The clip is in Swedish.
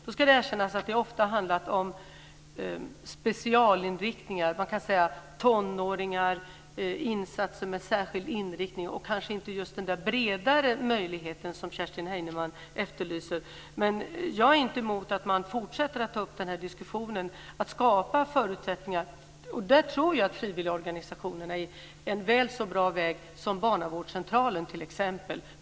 Det ska erkännas att det ofta har handlat om specialinriktningar och inte den bredare möjlighet som Kerstin Heinemann efterlyser. Jag är inte emot att man fortsätter diskussionen att skapa förutsättningar. Jag tror att frivilligorganisationerna är en väl så bra väg som barnavårdscentralen t.ex.